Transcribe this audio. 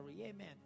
Amen